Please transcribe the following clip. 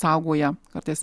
saugoja kartais